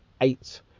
eight